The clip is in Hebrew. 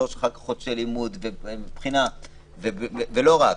ולא רק,